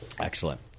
Excellent